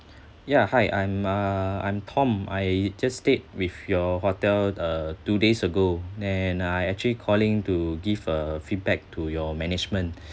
yeah hi I'm uh I'm tom I just stayed with your hotel uh two days ago and then I actually calling to give a feedback to your management